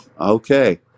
okay